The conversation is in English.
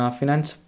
finance